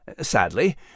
Sadly